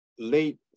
late